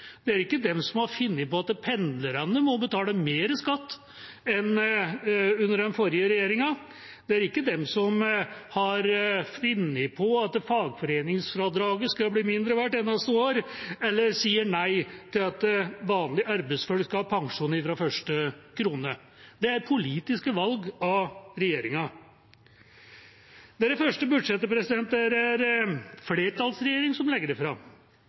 Det er ikke de som har funnet på at pendlerne må betale mer skatt enn under den forrige regjeringa. Det er ikke de som har funnet på at fagforeningsfradraget skal bli mindre hvert eneste år, eller sier nei til at vanlige arbeidsfolk skal ha pensjon fra første krone. Det er politiske valg av regjeringa. Dette er det første budsjettet flertallsregjeringa legger fram,